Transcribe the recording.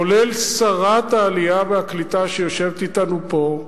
כולל שרת העלייה והקליטה, שיושבת אתנו פה,